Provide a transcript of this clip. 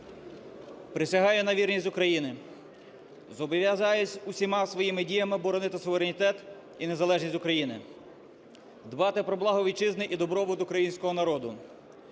Присягаю на вірність Україні. Зобов'язуюсь усіма своїми діями боронити суверенітет і незалежність України, дбати про благо Вітчизни і добробут Українського народу.